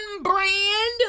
brand